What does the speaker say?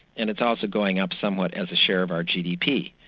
and it's also going up somewhat as a share of our gdp.